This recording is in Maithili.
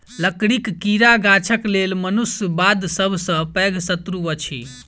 लकड़ीक कीड़ा गाछक लेल मनुष्य बाद सभ सॅ पैघ शत्रु अछि